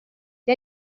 gli